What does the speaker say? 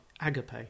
Agape